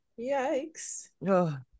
Yikes